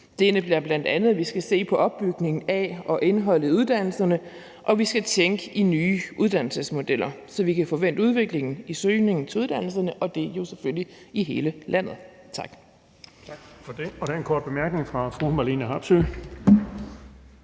indebærer bl.a., at vi skal se på opbygningen af og indholdet i uddannelserne, og at vi skal tænke i nye uddannelsesmodeller, så vi kan få vendt udviklingen i søgningen til uddannelserne, og det er jo selvfølgelig i hele landet. Tak.